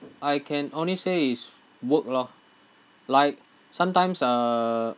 I can only say is work lor like sometimes uh